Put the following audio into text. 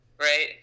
Right